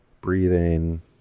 breathing